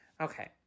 Okay